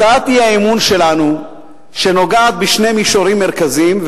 הצעת האי-אמון שלנו נוגעת בשני מישורים מרכזיים,